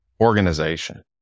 organization